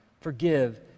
forgive